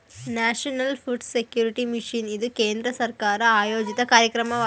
national food security mission ಇದು ಕೇಂದ್ರ ಸರ್ಕಾರ ಆಯೋಜಿತ ಕಾರ್ಯಕ್ರಮವಾಗಿದೆ